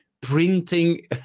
printing